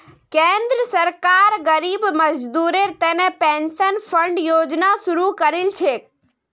केंद्र सरकार गरीब मजदूरेर तने पेंशन फण्ड योजना शुरू करील छेक